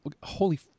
holy